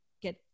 get